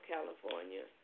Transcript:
California